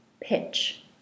pitch